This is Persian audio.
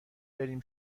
بریم